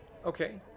Okay